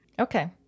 Okay